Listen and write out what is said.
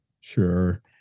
Sure